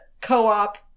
Co-op